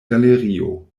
galerio